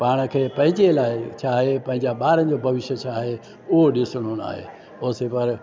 पाण खे पंहिंजे लाइ छा आहे पंहिंजा ॿारनि जो भविष्य छा आहे उहो ॾिसणो न आहे ओ से पर